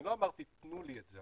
אני לא אמרתי תנו לי את זה,